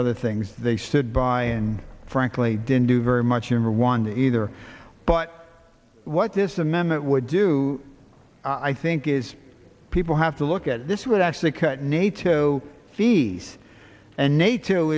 other things they stood by and frankly didn't do very much in rwanda either but what this amendment would do i think is people have to look at this would actually cut nato fees and n